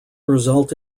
result